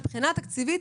מבחינה תקציבית,